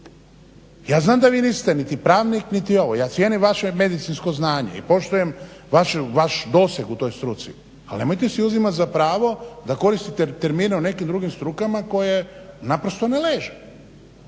Ja znam da vi niste niti pravnik niti ovo, ja cijenim vaše medicinsko znanje i poštujem vaš doseg u toj struci, ali nemojte si uzimati za pravo da koristite termine u nekim drugim strukama koje naprosto ne leže.